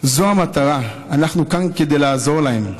זו המטרה, אנחנו כאן כדי לעזור להם.